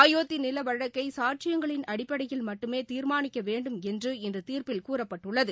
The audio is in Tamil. அயோத்தி நில வழக்கை சாட்சியங்களின் அடிப்படையில் மட்டுமே தீர்மானிக்க வேண்டும் என்று இந்த தீர்ப்பில் கூறப்பட்டுள்ளது